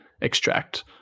extract